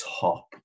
top